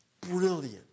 brilliant